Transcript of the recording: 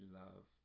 love